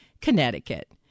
Connecticut